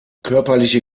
körperliche